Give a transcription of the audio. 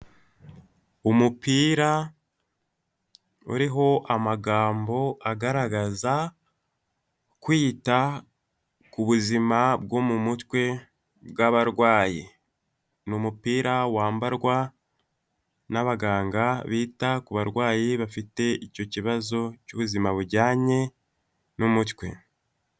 Umupira uriho amagambo agaragaza kwita ku buzima bwo mu mutwe bw'abarwayi, ni umupira wambarwa n'abaganga bita ku barwayi bafite icyo kibazo cy'ubuzima bujyanye n'umutwe.